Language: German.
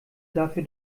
dafür